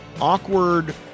awkward